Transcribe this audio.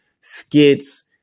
skits